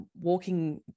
walking